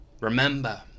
Remember